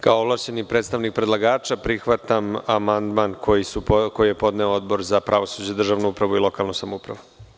Kao ovlašćeni predstavnik predlagača, prihvatam amandman koji je podneo Odbor za pravosuđe, državnu upravu i lokalnu samoupravu.